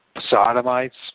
sodomites